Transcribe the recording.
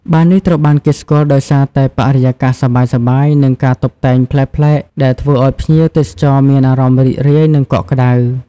បារនេះត្រូវបានគេស្គាល់ដោយសារតែ បរិយាកាសសប្បាយៗ និងការតុបតែងប្លែកៗ ដែលធ្វើឲ្យភ្ញៀវទេសចរមានអារម្មណ៍រីករាយ និងកក់ក្ដៅ។